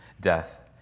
death